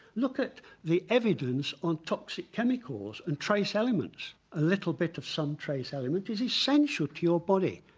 look at the evidence on toxic chemicals and trace elements a little bit of some trace elements is essential to your body.